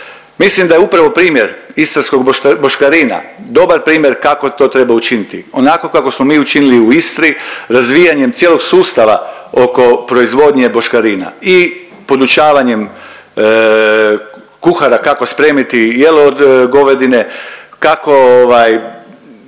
Mislim da je upravo primjer istarskog boškarina dobar primjer kako to treba učiniti, onako kako smo mi učinili u Istri razvijanjem cijelog sustava oko proizvodnje boškarina i podučavanjem kuhara kako spremiti jelo od govedine, kako